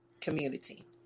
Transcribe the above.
community